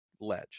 ledge